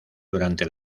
durante